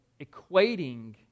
equating